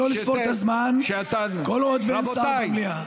לא לספור את הזמן כל עוד אין שר במליאה.